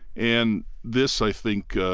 and this, i think,